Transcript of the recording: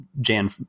Jan